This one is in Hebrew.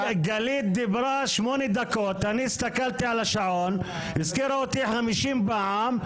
חברת הכנסת גלית דיסטל הזכירה אותי יותר מפעם אחת,